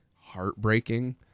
heartbreaking